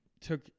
took